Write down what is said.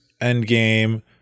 Endgame